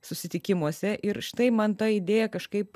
susitikimuose ir štai man ta idėja kažkaip